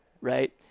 right